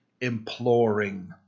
imploring